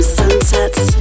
sunsets